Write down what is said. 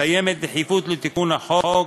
קיימת דחיפות בתיקון החוק,